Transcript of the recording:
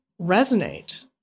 resonate